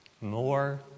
more